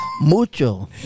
Mucho